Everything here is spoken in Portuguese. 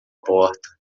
porta